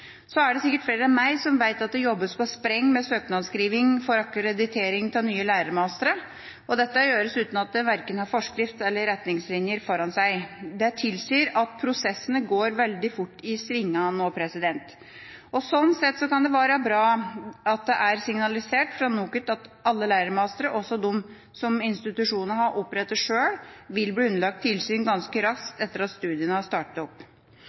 Så er det sikkert flere enn meg som vet at det jobbes på spreng med søknadsskriving for akkreditering av nye lærermastere. Dette gjøres uten at de har verken forskrift eller retningslinjer foran seg. Det tilsier at prosessene går veldig fort i svingene nå. Sånn sett kan det være bra at det er signalisert fra NOKUT at alle lærermastere, også de som institusjonene har opprettet sjøl, vil bli underlagt tilsyn ganske raskt etter at studiene har startet opp.